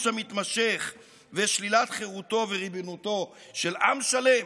המתמשך ושלילת חירותו וריבונותו של עם שלם,